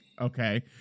okay